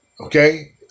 Okay